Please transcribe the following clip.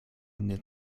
mnie